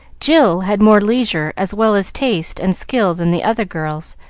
jill had more leisure as well as taste and skill than the other girls,